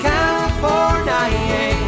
California